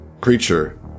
creature